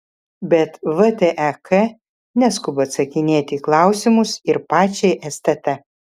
bet vtek neskuba atsakinėti į klausimus ir pačiai stt